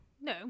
No